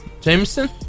Jameson